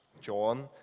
John